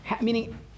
meaning